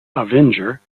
avenger